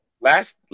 last